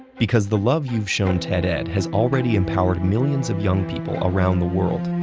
because the love you've shown ted-ed has already empowered millions of young people around the world.